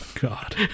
God